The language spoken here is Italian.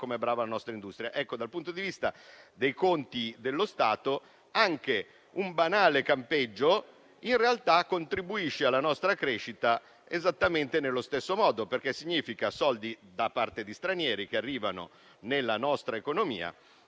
è brava la nostra industria. Dal punto di vista dei conti dello Stato, un banale campeggio in realtà contribuisce alla nostra crescita esattamente nello stesso modo, perché significa soldi da parte di stranieri che arrivano nella nostra economia,